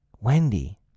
Wendy